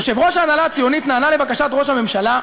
יושב-ראש ההנהלה הציונית נענה לבקשת ראש הממשלה,